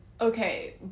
okay